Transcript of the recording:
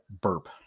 burp